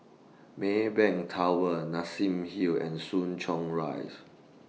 Maybank Tower Nassim Hill and Soo Chow Rise